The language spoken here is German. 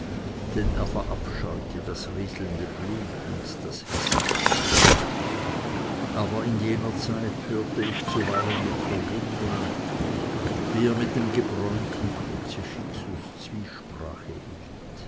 denn er verabscheute das rieselnde blut und das häßliche aber in jener zeit hörte ich zuweilen mit verwundern wie er mit dem gebräunten kruzifixus zwiesprache hielt